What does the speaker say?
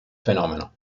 fenomeno